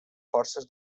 forces